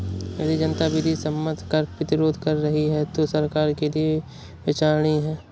यदि जनता विधि सम्मत कर प्रतिरोध कर रही है तो वह सरकार के लिये विचारणीय है